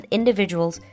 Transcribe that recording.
individuals